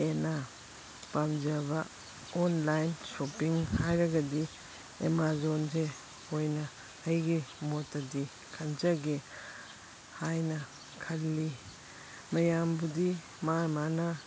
ꯍꯦꯟꯅ ꯄꯥꯝꯖꯕ online shopping ꯍꯥꯏꯔꯒꯗꯤ ꯑꯥꯃꯥꯖꯣꯟꯁꯦ ꯑꯣꯏꯅ ꯑꯩꯒꯤ ꯃꯣꯠꯇꯗꯤ ꯈꯟꯖꯒꯦ ꯍꯥꯏꯅ ꯈꯜꯂꯤ ꯃꯌꯥꯝꯕꯨꯗꯤ ꯃꯥ ꯃꯥꯅ